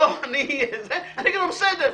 אני אגיד לו בסדר.